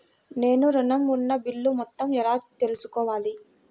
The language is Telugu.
నేను ఋణం ఉన్న బిల్లు మొత్తం ఎలా తెలుసుకోవాలి?